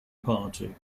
party